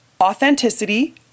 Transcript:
authenticity